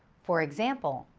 for example,